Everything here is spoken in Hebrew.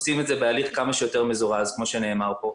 עושים את זה בהליך כמה שיותר מזורז כמו שנאמר פה,